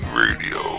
radio